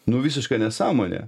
nu visiška nesąmonė